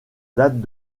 datent